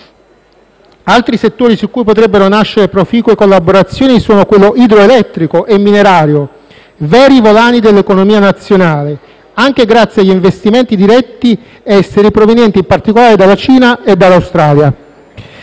Altri settori su cui potrebbero nascere proficue collaborazioni sono quelli idroelettrico e minerario, veri volani dell'economia nazionale, anche grazie agli investimenti diretti esteri provenienti in particolare dalla Cina e dall'Australia.